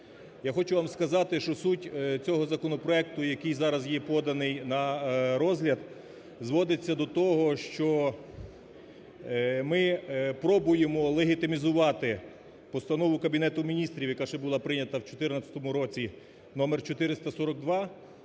Я хочу вам сказати, що суть цього законопроекту, який зараз є поданий на розгляд, зводиться до того, що ми пробуємо легітимізувати Постанову Кабінету Міністрів, яка ще була прийнята в 2014 році № 442,